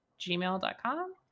gmail.com